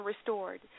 restored